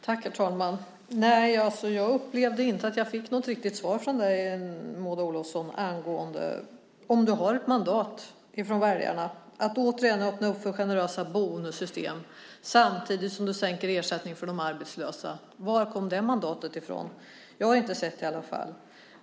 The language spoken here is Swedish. Herr talman! Nej, jag upplevde inte att jag fick något riktigt svar från dig, Maud Olofsson, om du har ett mandat från väljarna att återigen öppna upp för generösa bonussystem samtidigt som du sänker ersättningen för de arbetslösa. Varifrån kom det mandatet? Jag har inte sett det.